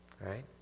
right